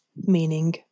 meaning